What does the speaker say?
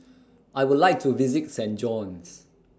I Would like to visit Saint John's